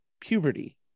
puberty